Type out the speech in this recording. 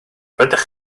rydych